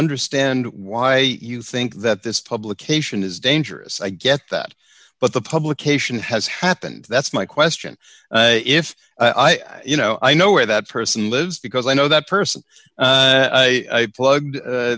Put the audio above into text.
understand why you think that this publication is dangerous i get that but the publication has happened that's my question if i've you know i know where that person lives because i know that person i plug